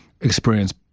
experience